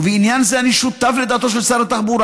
ובעניין זה אני שותף לדעתו של שר התחבורה